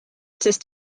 sest